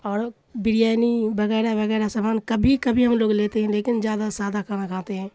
اور بریانی وغیرہ وغیڑہ سامان کبھی کبھی ہم لوگ لیتے ہیں لیکن زیادہ سادہ کھانا کھاتے ہیں